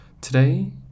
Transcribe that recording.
Today